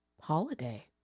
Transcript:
holiday